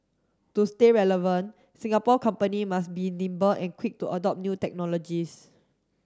to stay relevant Singapore company must be nimble and quick to adopt new technologies